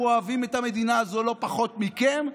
אנחנו אוהבים את המדינה הזו לא פחות מכם,